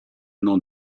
non